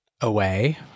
away